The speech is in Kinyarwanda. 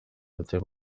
afite